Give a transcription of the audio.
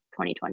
2020